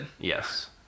Yes